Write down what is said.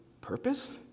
purpose